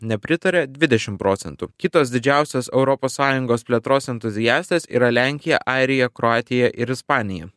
nepritaria dvidešim procentų kitos didžiausios europos sąjungos plėtros entuziastės yra lenkija airija kroatija ir ispanija